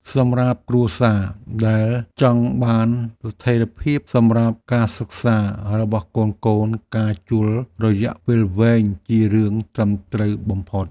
សម្រាប់គ្រួសារដែលចង់បានស្ថិរភាពសម្រាប់ការសិក្សារបស់កូនៗការជួលរយៈពេលវែងជារឿងត្រឹមត្រូវបំផុត។